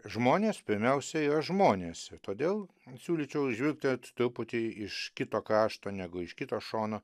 žmonės pirmiausia yra žmonės ir todėl siūlyčiau žvilgtelt truputį iš kito krašto negu iš kito šono